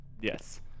Yes